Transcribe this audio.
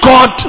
God